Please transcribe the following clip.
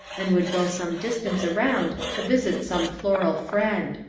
and would go some distance around to visit some floral friend.